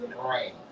Right